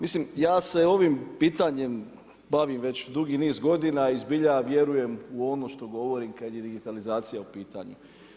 Mislim ja se ovim pitanjem bavim već dugi niz godina i zbilja vjerujem u ono što govorim kada je digitalizacija u pitanju.